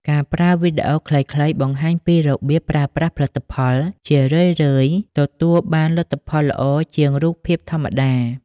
ការប្រើវីដេអូខ្លីៗបង្ហាញពីរបៀបប្រើប្រាស់ផលិតផល ជារឿយៗទទួលបានលទ្ធផលល្អជាងរូបភាពធម្មតា។